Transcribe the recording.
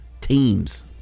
teams